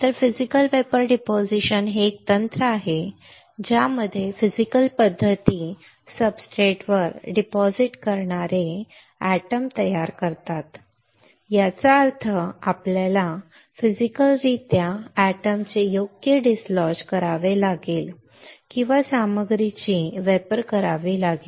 तर physical vapour deposition हे एक तंत्र आहे ज्यामध्ये फिजिकल पद्धती सब्सट्रेटवर डिपॉझिट करणारे अणू तयार करतात याचा अर्थ आपल्याला फिजिकल रित्या एटम चे योग्य डिसलॉज करावे लागेल किंवा सामग्रीची वेपर करावी लागेल